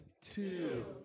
two